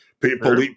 people